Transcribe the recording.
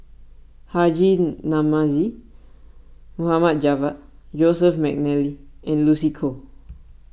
Haji Namazie Mohd Javad Joseph McNally and Lucy Koh